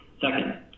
Second